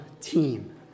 team